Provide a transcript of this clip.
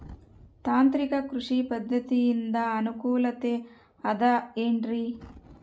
ತಾಂತ್ರಿಕ ಕೃಷಿ ಪದ್ಧತಿಯಿಂದ ಅನುಕೂಲತೆ ಅದ ಏನ್ರಿ?